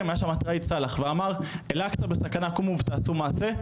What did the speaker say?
היה שמה את ראאד סאלח והוא אמר אל אקצא בסכנה קומו ותעשו מעשה,